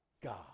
God